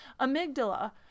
Amygdala